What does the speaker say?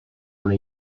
una